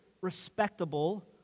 respectable